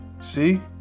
see